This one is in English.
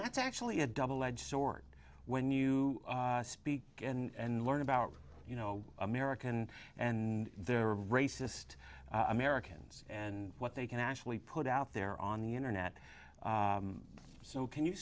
that's actually a double edged sword when you speak and learn about you know american and their racist americans and what they can actually put out there on the internet so can you